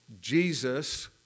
Jesus